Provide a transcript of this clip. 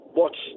watch